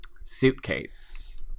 suitcase